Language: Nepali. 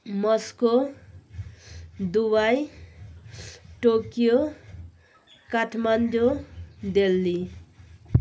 Moscow Dubai Tokyo Kathmandu Delhi